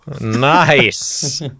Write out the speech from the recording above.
Nice